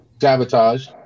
Sabotage